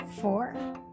four